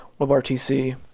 WebRTC